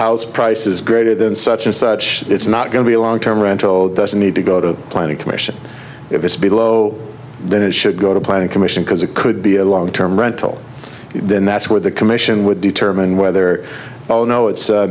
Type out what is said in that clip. house price is greater than such and such it's not going to be a long term rental doesn't need to go to the planning commission if it's below then it should go to planning commission because it could be a long term rental then that's what the commission would determine whether oh no it's